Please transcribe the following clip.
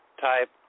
type